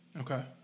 Okay